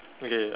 okay